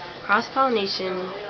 Cross-pollination